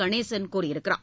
கணேசன் கூறியுள்ளார்